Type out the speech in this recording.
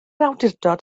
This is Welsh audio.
awdurdod